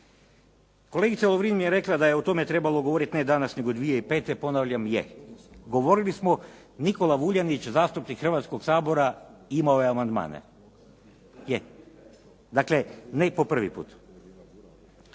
Kolegica Lovrin je rekla da je o tome trebalo govorit ne danas, nego 2005., ponavljam je. Govorili smo Nikola Vuljanić, zastupnik Hrvatskog sabora imao je amandmane. Je, dakle ne po prvi put.